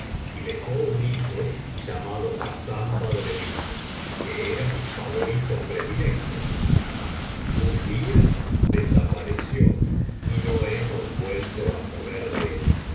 y dejó un hijo llamado hassán badreddin que era mi favorito predilecto mas un día desapareció y no hemos vuelco á saber de él